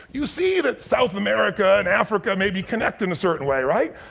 you see that south america and africa may be connected in a certain way, right?